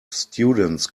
students